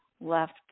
left